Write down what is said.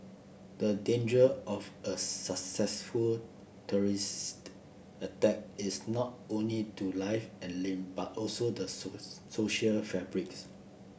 the danger of a successful terrorist attack is not only to life and limb but also the social fabrics